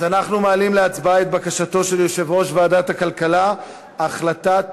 אנחנו מעלים להצבעה את בקשתו של יושב-ראש ועדת הכלכלה: החלטת